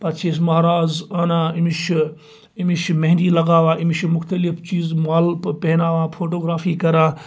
پَتہٕ چھِ أسۍ مَہراز اَنان أمس چھِ أمِس چھ مِہنٛدی لَگاوان أمس چھِ مُختٔلف چیز مالہٕ پہناوان فوٹوگرافی کَران